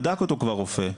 בדק אותו כבר רופא,